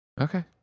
Okay